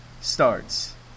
starts